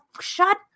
shut